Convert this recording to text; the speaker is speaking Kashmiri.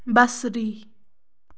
بصری